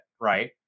right